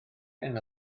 enw